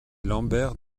lambert